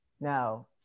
No